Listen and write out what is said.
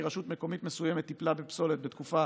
רשות מקומית מסוימת טיפלה בפסולת בתקופת